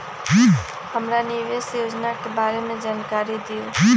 हमरा निवेस योजना के बारे में जानकारी दीउ?